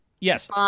yes